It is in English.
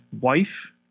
wife